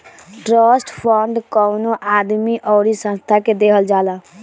trust fund कवनो आदमी अउरी संस्था के देहल जाला